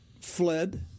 fled